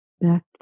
back